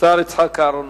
השר יצחק אהרונוביץ.